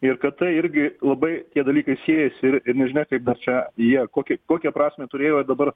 ir kad tai irgi labai tie dalykai siejasi ir ir nežinia kaip dar čia jie kokį kokią prasmę turėjo ir dabar